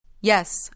Yes